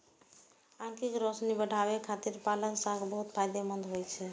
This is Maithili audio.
आंखिक रोशनी बढ़ाबै खातिर पालक साग बहुत फायदेमंद होइ छै